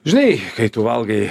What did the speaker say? žinai kai tu valgai